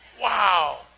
Wow